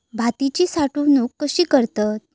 भाताची साठवूनक कशी करतत?